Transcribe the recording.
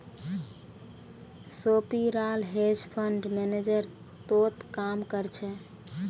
सोपीराल hedge fund manager तोत काम कर छ